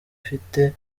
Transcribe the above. ifite